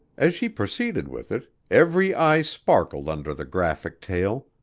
as she proceeded with it, every eye sparkled under the graphic tale,